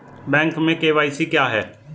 Bank में KYC क्या है?